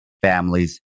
families